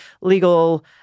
legal